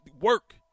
work